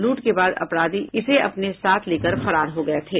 लूट के बाद अपराधी इसे अपने साथ लेकर फरार हो गये थे